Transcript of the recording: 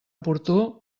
oportú